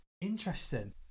Interesting